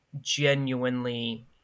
genuinely